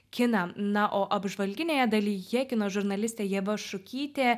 kiną na o apžvalginėje dalyje kino žurnalistė ieva šukytė